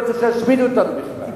לא צריך להשמיד אותנו בכלל.